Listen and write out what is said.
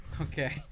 Okay